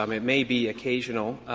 um it may be occasional,